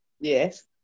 Yes